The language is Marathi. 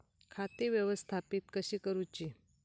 खाती व्यवस्थापित कशी करूची?